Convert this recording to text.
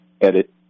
edit